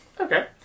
Okay